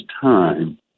time